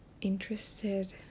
interested